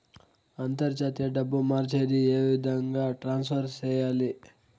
అంతర్జాతీయ డబ్బు మార్చేది? ఏ విధంగా ట్రాన్స్ఫర్ సేయాలి?